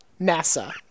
NASA